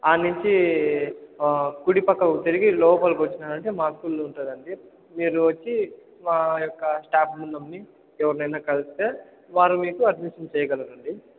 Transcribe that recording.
అక్కడ నుంచి కుడి పక్కకు తిరిగి లోపలకి వచ్చినారంటే మా స్కూల్ ఉంటుందండీ మీరు వచ్చి మా యొక్క స్టాఫ్ మెంబెర్ని ఎవర్నైనా కలిస్తే వారు మీకు అడ్మిషన్ చేయగలరండీ